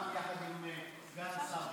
גם יחד עם סגן השר,